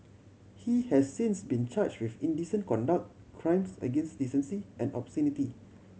he has since been charge with indecent conduct crimes against decency and obscenity